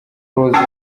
close